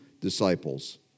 disciples